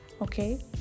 okay